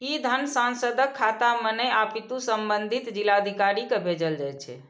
ई धन सांसदक खाता मे नहि, अपितु संबंधित जिलाधिकारी कें भेजल जाइ छै